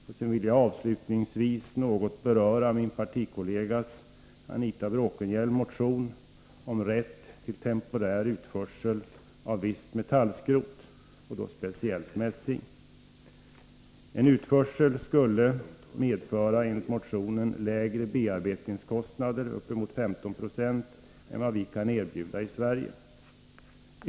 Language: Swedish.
Avslutningsvis vill jag något beröra min partikollega Anita Bråkenhielms motion om rätt till temporär utförsel av visst metallskrot, och då speciellt mässing. En utförsel skulle enligt motionen medföra lägre bearbetningskostnader — uppemot 15 26 — än vad man kan erbjuda i Sverige.